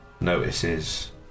notices